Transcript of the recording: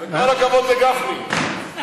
כל הכבוד לגפני.